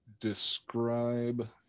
Describe